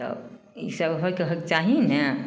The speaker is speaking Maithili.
तऽ इसब होइके चाही ने